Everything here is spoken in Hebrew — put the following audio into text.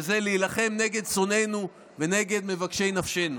להילחם נגד שונאינו ונגד מבקשי נפשנו?